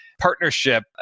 partnership